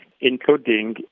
including